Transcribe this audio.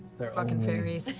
fucking fairies.